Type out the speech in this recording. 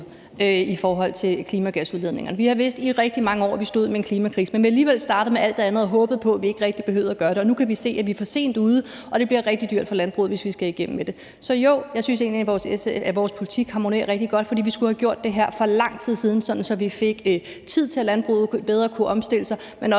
i forhold til klimagasudledningerne, og vi har i rigtig mange år vidst, at vi stod med en klimakrise, men vi har alligevel startet med alt det andet og håbet på, at vi ikke rigtig behøvede at gøre det, og nu kan vi se, at vi er for sent ude, og at det bliver rigtig dyrt for landbruget, hvis vi skal igennem med det. Så jo, jeg synes egentlig, at vores politik harmonerer rigtig godt. For vi skulle have gjort det her for lang tid siden, sådan at vi fik tid til, at landbruget bedre kunne omstille sig, men at